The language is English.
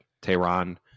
Tehran